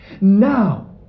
Now